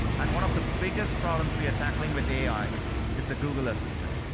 and one of the biggest problems we're tackling with ai is the google assistant.